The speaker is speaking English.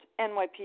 NYPD